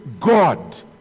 God